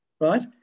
Right